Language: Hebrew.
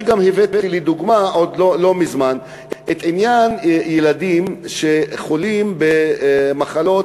אני גם הבאתי לדוגמה לא מזמן את עניין הילדים שחולים במחלות